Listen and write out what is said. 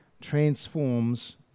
transforms